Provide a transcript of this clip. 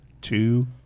two